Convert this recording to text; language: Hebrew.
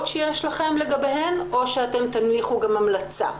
שיש לכם לגביהן או שאתם תניחו גם המלצה?